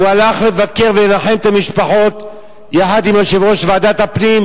הלך לבקר ולנחם את המשפחות יחד עם יושב-ראש ועדת הפנים,